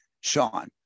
Sean